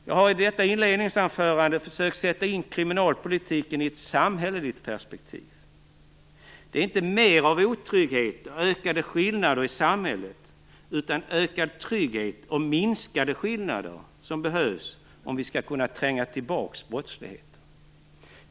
Jag har i detta inledningsanförande försökt att sätta in kriminalpolitiken i ett samhälleligt perspektiv. Det är inte mer av otrygghet och ökade skillnader i samhället utan ökad trygghet och minskade skillnader som behövs om vi skall kunna tränga tillbaks brottsligheten.